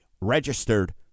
registered